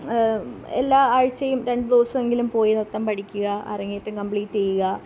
എല്ലാ ആഴ്ചയും രണ്ട് ദിവസമെങ്കിലും പോയി നൃത്തം പഠിക്കുക അരങ്ങേറ്റം കംപ്ലീറ്റ് ചെയ്യുക